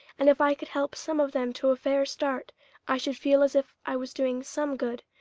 and if i could help some of them to a fair start i should feel as if i was doing some good.